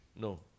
No